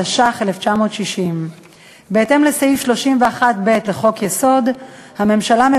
התש"ך 1960. בהתאם לסעיף 31(ב) לחוק-יסוד: הממשלה,